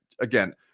again